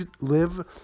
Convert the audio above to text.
live